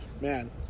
man